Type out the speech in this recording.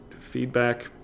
feedback